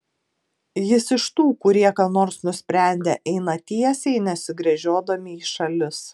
jis iš tų kurie ką nors nusprendę eina tiesiai nesigręžiodami į šalis